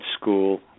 School